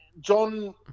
John